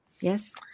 Yes